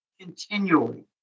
continually